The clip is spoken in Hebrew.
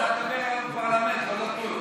הוא רצה להיות חבר פרלמנט, לא נתנו לו.